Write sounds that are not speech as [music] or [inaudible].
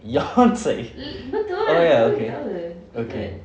[laughs] yonce oh ya okay okay